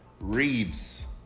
Reeves